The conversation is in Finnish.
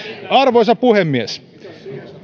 arvoisa puhemies